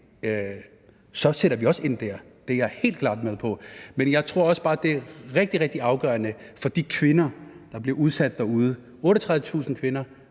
sætter vi også ind der. Det er jeg helt klart med på. Men jeg tror også bare, det er rigtig, rigtig afgørende for de kvinder, der bliver udsat for vold derude – 38.000 kvinder